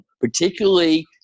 particularly